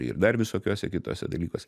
ir dar visokiuose kituose dalykuose